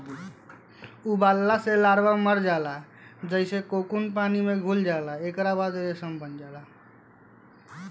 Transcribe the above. उबालला से लार्वा मर जाला जेइसे कोकून पानी में घुल जाला एकरा बाद रेशम बन जाला